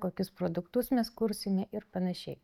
kokius produktus mes kursime ir panašiai